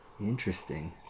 Interesting